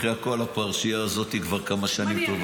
אחרי כל הפרשייה הזאת כבר כמה שנים טובות.